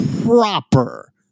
proper